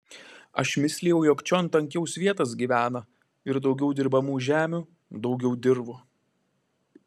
aš mislijau jog čion tankiau svietas gyvena ir daugiau dirbamų žemių daugiau dirvų